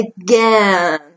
again